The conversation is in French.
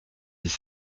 dix